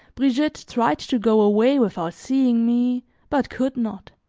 brigitte tried to go away without seeing me but could not.